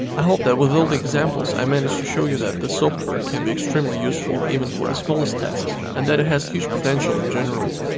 i hope that with all the examples i managed to show you that this software can be extremely useful even for the smallest tasks and that it has huge potential in general.